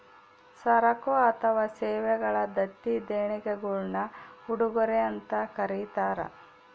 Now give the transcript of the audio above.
ಸರಕು ಅಥವಾ ಸೇವೆಗಳ ದತ್ತಿ ದೇಣಿಗೆಗುಳ್ನ ಉಡುಗೊರೆ ಅಂತ ಕರೀತಾರ